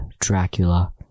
Dracula